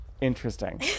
Interesting